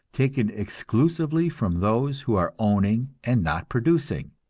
taken exclusively from those who are owning and not producing.